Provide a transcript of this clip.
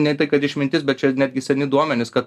ne tai kad išmintis bet čia netgi seni duomenys kad